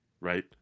right